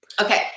Okay